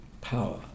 power